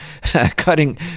cutting